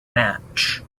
match